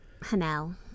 Hanel